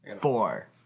Four